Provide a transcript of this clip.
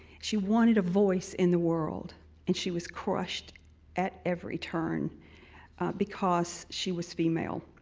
she wanted a voice in the world and she was crushed at every turn because she was female.